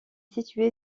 situé